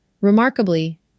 Remarkably